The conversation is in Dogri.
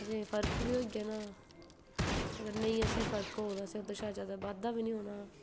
फर्क बी होई जाना ते अगर फर्क बी निं होग ते असें गी जैदा बाद्धा बी निं होग